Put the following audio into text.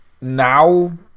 now